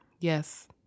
yes